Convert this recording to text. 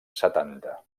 setanta